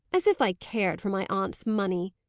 as if i cared for my aunt's money!